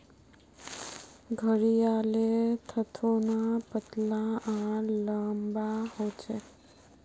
घड़ियालेर थथोना पतला आर लंबा ह छे